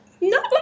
No